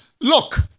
Look